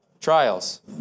trials